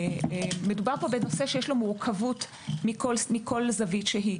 מדובר פה בנושא שיש לו מורכבות מכל זווית שהיא.